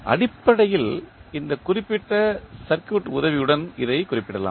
அடிப்படையில் இந்த குறிப்பிட்ட சர்க்யூட் உதவியுடன் இதை குறிப்பிடப்படலாம்